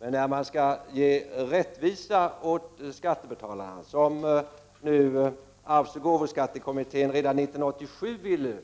Men när det är fråga om att ge rättvisa till skattebetalarna, vilket arvsoch gåvoskattekommittén ville redan år 1987,